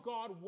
God